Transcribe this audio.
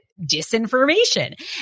disinformation